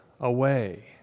away